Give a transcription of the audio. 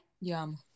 Yum